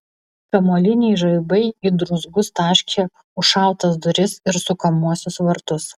kamuoliniai žaibai į druzgus taškė užšautas duris ir sukamuosius vartus